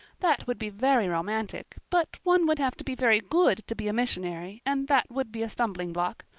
that would be very romantic, but one would have to be very good to be a missionary, and that would be a stumbling block.